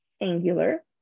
angular